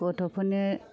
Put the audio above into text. गथ'फोरनो